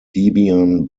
debian